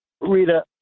Rita